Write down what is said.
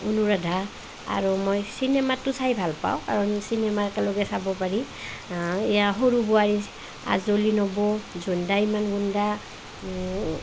অনুৰাধা আৰু মই চিনেমাটো চাই ভাল পাওঁ কাৰণ চিনেমা একেলগে চাব পাৰি এইয়া সৰু বোৱাৰী আজলি নবৌ জোনদা ইমান গুণ্ডা